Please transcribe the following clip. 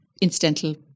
incidental